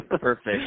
Perfect